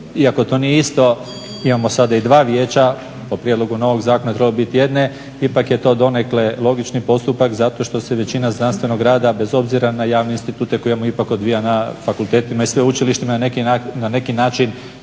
iako to nije isto. Imamo sada i dva vijeća, po prijedlogu novog zakona trebalo bi biti jedne. Ipak je to donekle logični postupak zato što se većina znanstvenog rada bez obzira na javne institute …/Govornik se ne razumije./… na fakultetima i sveučilištima na neki način